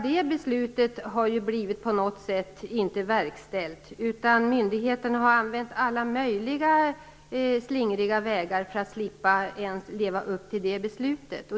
Det beslutet har på något sätt inte verkställts, utan myndigheterna har gått alla möjliga slingriga vägar för att slippa leva upp till beslutet.